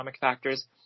factors